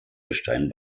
gestein